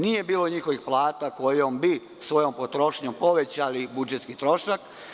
Nije bilo njihovih plata kojima bi svojom potrošnjom povećali budžetski trošak.